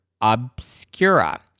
Obscura